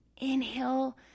inhale